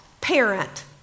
parent